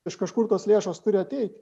iš kažkur tos lėšos turi ateiti